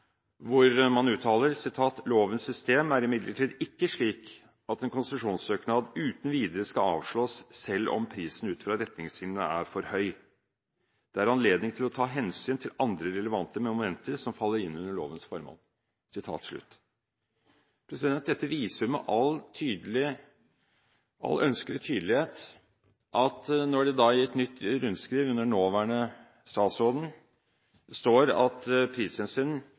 hvor man uttaler: «Lovens system er imidlertid ikke slik at en konsesjonssøknad uten videre skal avslås selv om prisen ut fra retningslinjene er for høy. Det er anledning til å ta hensyn til andre relevante momenter som faller inn under lovens formål.» Dette viser med all ønskelig tydelighet at når det i et nytt rundskriv under den nåværende statsråden står at prishensyn